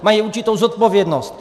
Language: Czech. Mají určitou zodpovědnost!